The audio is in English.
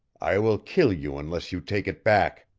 i will kill you unless you take it back!